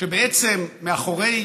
שבעצם מאחורי